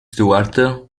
stuart